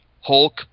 Hulk